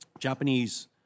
Japanese